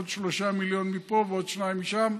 עוד שלושה מיליון מפה ועוד שניים משם.